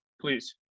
please